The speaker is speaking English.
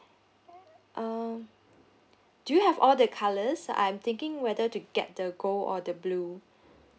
uh do you have all the colours I'm thinking whether to get the gold or the blue